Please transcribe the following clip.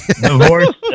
Divorce